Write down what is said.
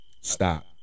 stop